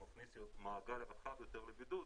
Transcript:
מכניס מעגל רחב יותר לבידוד,